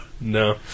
No